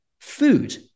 food